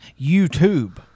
YouTube